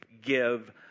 give